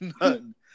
None